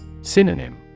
Synonym